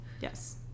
Yes